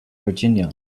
virginia